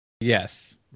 Yes